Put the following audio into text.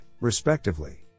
respectively